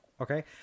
Okay